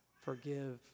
forgive